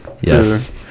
Yes